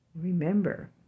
Remember